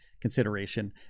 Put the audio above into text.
consideration